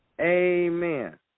Amen